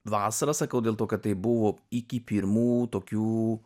vasarą sakau dėl to kad tai buvo iki pirmų tokių